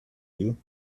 you